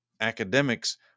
academics